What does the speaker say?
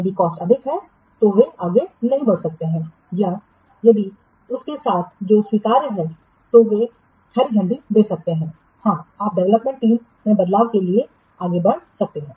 यदि कॉस्ट अधिक है तो वे आगे नहीं बढ़ सकते हैं या यदि उनके साथ जो स्वीकार्य है तो वे हरी झंडी दे सकते हैं हां आप डेवलपमेंट टीम में बदलाव के लिए आगे बढ़ सकते हैं